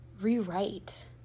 rewrite